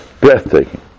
Breathtaking